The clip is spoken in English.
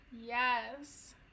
Yes